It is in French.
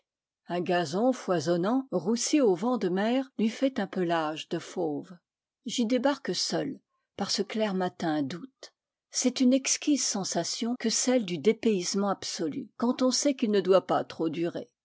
un gazon foisonnant roussi au vent de mer lui fait un pelage de fauve j'y débarque seul par ce clair matin d'août c'est une exquise sensation que celle du dépaysement absolu quand on sait qu'il ne doit pas trop durer